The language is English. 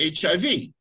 HIV